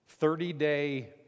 30-day